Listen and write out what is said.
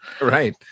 right